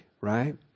right